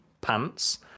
pants